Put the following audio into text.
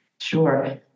Sure